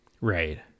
right